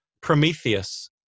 Prometheus